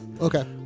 Okay